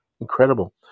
incredible